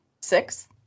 Six